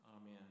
amen